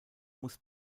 muss